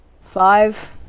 five